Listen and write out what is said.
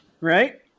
Right